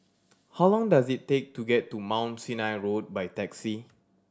how long does it take to get to Mount Sinai Road by taxi